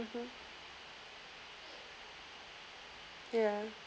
mmhmm ya